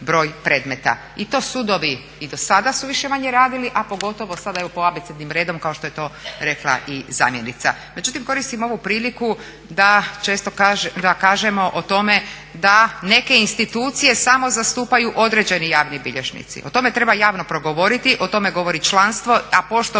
broj predmeta. I to sudovi i dosada su više-manje radili, a pogotovo sada evo po abecednim redom kao što je to rekla i zamjenica. Međutim, koristim ovu priliku da kažemo o tome da neke institucije samo zastupaju određeni javni bilježnici, o tome treba javno progovoriti, o tome govori članstvo, a pošto